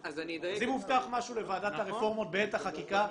אז אם הובטח משהו לוועדת הרפורמות בעת החקיקה,